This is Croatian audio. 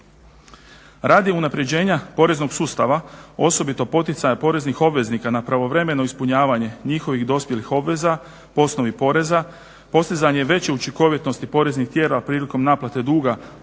Radi unapređenja poreznog sustava osobito poticaja poreznih obveznika na pravovremeno ispunjavanje njihovih dospjelih obveza po osnovi poreza, postizanje veće učinkovitosti poreznih tijela prilikom naplate duga po ovoj osnovi